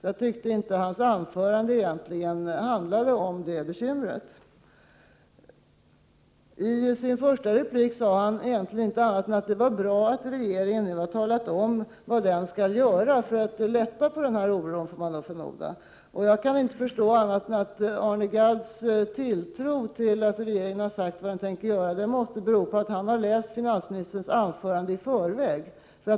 Jag tyckte att hans anförande egentligen inte handlade om det bekymret. I sin första replik sade han egentligen inte annat än att det är bra att regeringen nu har talat om vad den skall göra — för att minska på oron, får man förmoda. Jag kan inte förstå annat än att Arne Gadds tilltro till att regeringen har sagt vad den tänker göra måste bero på att han har läst finansministerns anförande i förväg.